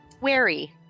Wary